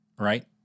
right